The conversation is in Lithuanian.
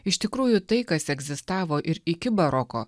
iš tikrųjų tai kas egzistavo ir iki baroko